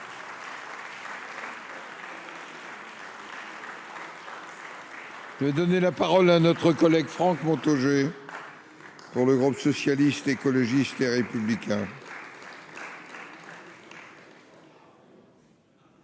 Je vais donner la parole à notre collègue Franck Montaugé dans le groupe socialiste, écologiste, les républicains.